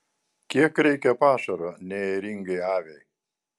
kiek reikia pašaro neėringai aviai